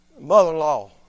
mother-in-law